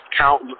count